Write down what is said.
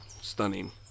stunning